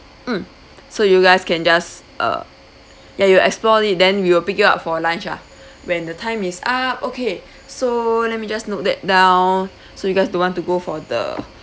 mm so you guys can just uh ya you explore it then we will pick you up for lunch ah when the time is up okay so let me just note that down so you guys don't want to go for the